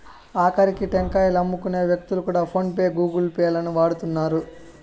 ఆకరికి టెంకాయలమ్ముకునే వ్యక్తులు కూడా ఫోన్ పే గూగుల్ పే లను వాడుతున్నారు